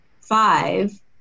five